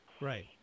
right